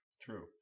True